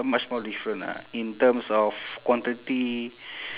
much more different ah in terms of quantity